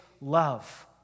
love